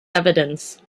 evidence